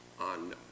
on